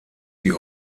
die